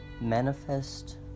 manifest